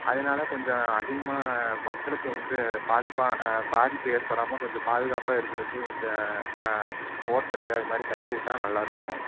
அதனால கொஞ்சம் அதிகமாக மக்களுக்கு வந்து பாதிப்பை பாதிப்பு ஏற்படாமல் கொஞ்சம் பாதுகாப்பாக இருக்கிறதுக்கு கொஞ்சம் ஹோட்டல் அதுமாதிரி கட்டிவிட்டா நல்லா இருக்கும்